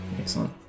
Excellent